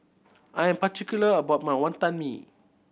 I'm particular about my Wantan Mee